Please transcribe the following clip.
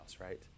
right